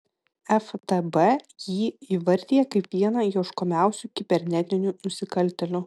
ftb jį įvardija kaip vieną ieškomiausių kibernetinių nusikaltėlių